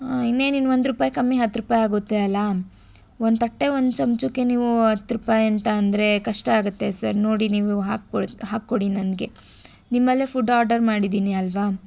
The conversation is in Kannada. ಇನ್ನೇನು ಇನ್ನು ಒಂದು ರೂಪಾಯಿ ಕಮ್ಮಿ ಹತ್ತು ರೂಪಾಯಿ ಆಗುತ್ತೆ ಅಲ್ಲಾ ಒಂದು ತಟ್ಟೆ ಒಂದು ಚಮಚಕ್ಕೆ ನೀವು ಹತ್ತು ರೂಪಾಯಿ ಅಂತ ಅಂದರೆ ಕಷ್ಟ ಆಗುತ್ತೆ ಸರ್ ನೋಡಿ ನೀವು ಹಾಕ್ಕೊಡಿ ನನಗೆ ನಿಮ್ಮಲ್ಲೇ ಫುಡ್ ಆರ್ಡರ್ ಮಾಡಿದ್ದೀನಿ ಅಲ್ಲವಾ